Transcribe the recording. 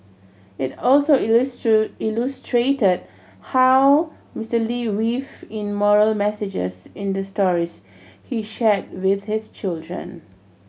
it also illustrated how Mister Lee weaved in moral messages in the stories he shared with his children